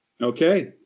Okay